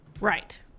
Right